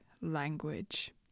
language